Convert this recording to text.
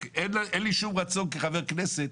רק אין לי שום רצון כחבר כנסת,